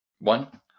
One